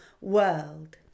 world